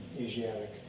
Asiatic